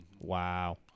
Wow